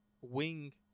wing